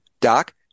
Doc